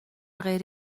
غیر